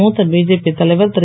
மூத்த பிஜேபி தலைவர் திரு